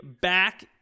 back